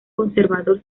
conservador